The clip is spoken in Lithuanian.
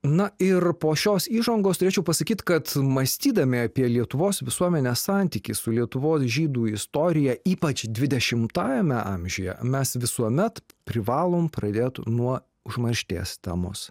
na ir po šios įžangos turėčiau pasakyt kad mąstydami apie lietuvos visuomenės santykį su lietuvos žydų istorija ypač dvidešimtajame amžiuje mes visuomet privalom pradėt nuo užmaršties temos